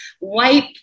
wipe